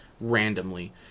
randomly